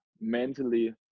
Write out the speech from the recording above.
mentally